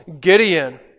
Gideon